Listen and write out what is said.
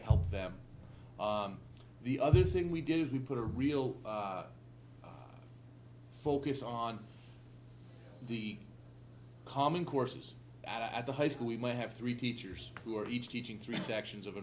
help them the other thing we did is we put a real focus on the common courses at the high school we might have three teachers who are each teaching three sections of